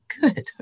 Good